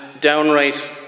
downright